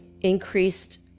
increased